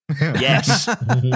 yes